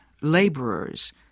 laborers